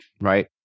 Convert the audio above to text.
right